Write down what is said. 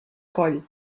coll